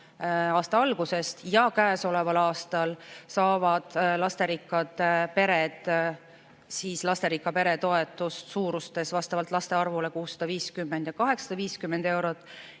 aasta algusest ja käesoleval aastal saavad lasterikkad pered lasterikka pere toetust vastavalt laste arvule 650 ja 850 eurot,